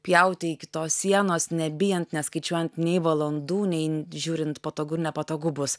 pjauti iki tos sienos nebijant neskaičiuojant nei valandų nei žiūrint patogu nepatogu bus